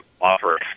offer